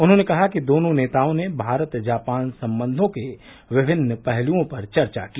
उन्होंने कहा कि दोनों नेताओं ने भारत जापान संबंधों के विभिन्न पहलओं पर चर्चा की